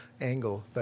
angle